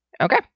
Okay